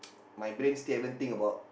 my brain still haven't think about